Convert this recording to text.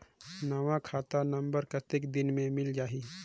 नवा खाता नंबर कतेक दिन मे मिल जाही?